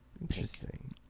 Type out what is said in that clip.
interesting